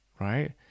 right